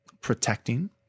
protecting